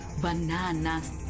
Bananas